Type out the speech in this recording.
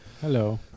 Hello